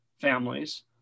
families